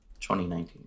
2019